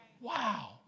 Wow